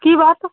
की बात